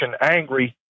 angry